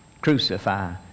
crucify